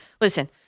listen